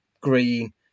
green